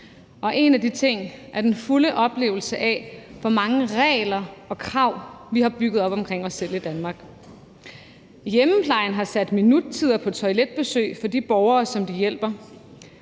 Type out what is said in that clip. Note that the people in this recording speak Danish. og en af tingene er den fulde oplevelse af, hvor mange regler og krav vi har bygget op omkring os selv i Danmark. Hjemmeplejen har sat minuttider på toiletbesøg for de borgere, som de hjælper.